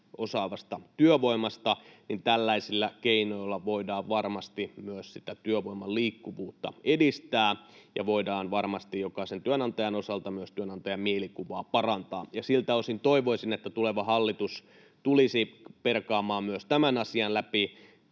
osaavasta työvoimasta, voidaan tällaisilla keinoilla varmasti myös sitä työvoiman liikkuvuutta edistää ja voidaan varmasti jokaisen työnantajan osalta myös työnantajamielikuvaa parantaa. Siltä osin toivoisin, että tuleva hallitus tulisi perkaamaan myös tämän asian läpi,